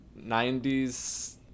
90s